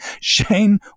Shane